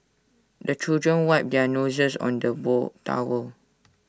the children wipe their noses on the wall towel